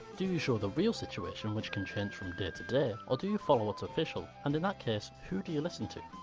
do you show the real situation, which can change from day-to-day ah or do you follow what's official? and in that case, who do you listen to?